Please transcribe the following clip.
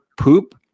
poop